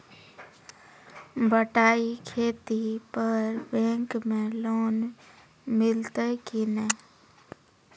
बटाई खेती पर बैंक मे लोन मिलतै कि नैय?